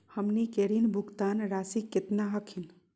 हमनी के ऋण भुगतान रासी केतना हखिन?